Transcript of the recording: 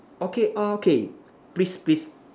okay okay please please